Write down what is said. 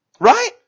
Right